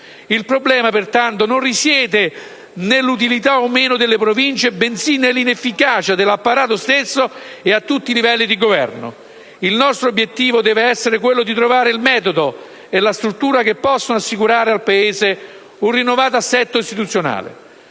Il problema pertanto non risiede nell'utilità o meno delle Province, bensì nell'inefficacia dell'apparato stesso, a tutti i livelli di governo. Il nostro obiettivo deve essere quello di trovare il metodo e la struttura che possano assicurare al Paese un rinnovato assetto istituzionale.